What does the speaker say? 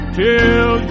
till